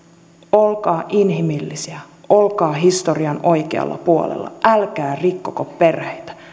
olkaa inhimillisiä olkaa historian oikealla puolella älkää rikkoko perheitä